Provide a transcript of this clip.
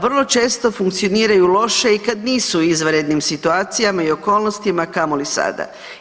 Vrlo često funkcioniraju loše i kad nisu u izvanrednim situacijama i okolnostima, a kamoli sada.